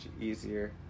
easier